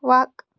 وَق